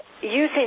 using